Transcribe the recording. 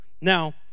Now